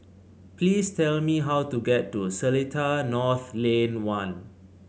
please tell me how to get to Seletar North Lane One